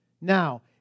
Now